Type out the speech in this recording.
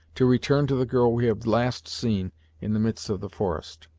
to return to the girl we have last seen in the midst of the forest.